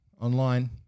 online